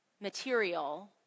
material